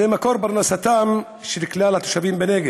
זה מקור פרנסתם של כלל התושבים בנגב.